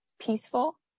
peaceful